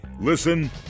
listen